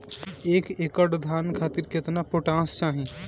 एक एकड़ धान खातिर केतना पोटाश चाही?